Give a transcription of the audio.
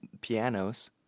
Pianos